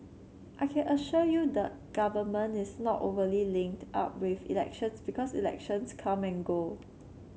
I can assure you the government is not overly linked up with elections because elections come and go